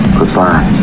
Goodbye